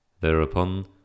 Thereupon